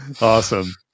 Awesome